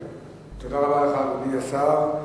תודה רבה לך, אדוני השר.